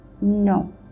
no